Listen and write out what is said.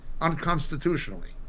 unconstitutionally